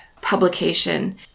publication